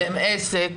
הם עסק,